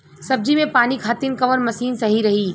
सब्जी में पानी खातिन कवन मशीन सही रही?